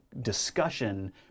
discussion